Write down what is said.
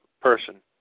person